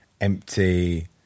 empty